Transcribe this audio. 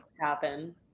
happen